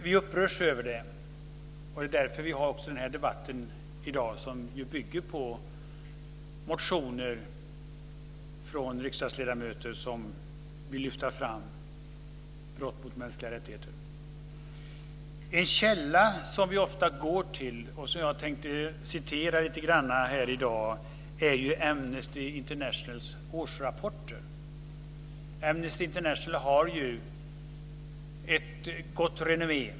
Vi upprörs över dem, och det är därför vi har denna debatt i dag, som bygger på motioner från riksdagsledamöter som vill lyfta fram brott mot mänskliga rättigheter. En källa som vi ofta går till, och som jag tänkte citera i dag, är Amnesty Internationals årsrapporter. Amnesty International har ett gott renommé.